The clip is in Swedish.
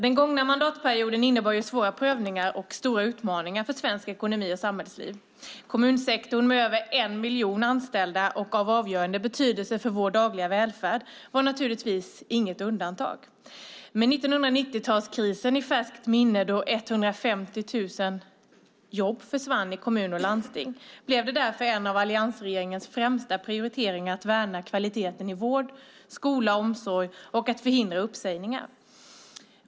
Den gångna mandatperioden innebar svåra prövningar och stora utmaningar för svensk ekonomi och svenskt samhällsliv. Kommunsektorn, med över en miljon anställda och av avgörande betydelse för vår dagliga välfärd, var naturligtvis inget undantag. Med 1990-talskrisen i färskt minne, då 150 000 jobb försvann i kommuner och landsting, blev det därför en av alliansregeringens främsta prioriteringar att värna kvaliteten i vård, skola och omsorg och att förhindra uppsägningar.